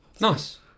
Nice